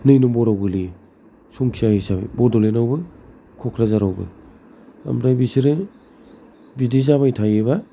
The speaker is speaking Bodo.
नै नम्बराव गोग्लैयो संखिया हिसाबै बड'लेण्ड आवबो आरो क'क्राझार आवबो ओमफ्राय बिसोरो बिदि जाबाय थायोबा